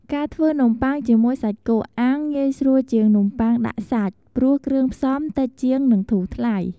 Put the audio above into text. ការធ្វើនំបុ័ងជាមួយសាច់គោអាំងងាយស្រួលជាងនំបុ័ងដាក់សាច់ព្រោះគ្រឿងផ្សំតិចជាងនិងធូរថ្លៃ។